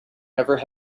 never